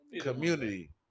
community